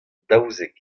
daouzek